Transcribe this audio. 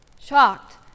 shocked